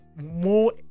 more